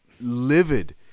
livid